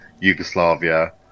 Yugoslavia